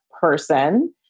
person